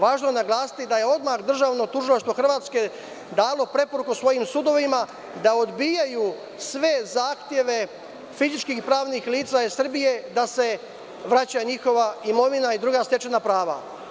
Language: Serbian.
Važno je naglasiti da je odmah državno tužilaštvo Hrvatske dalo preporuku svojim sudovima da odbijaju sve zahteve fizičkih i pravnih lica Srbije da se vraća njihova imovina i druga stečena prava.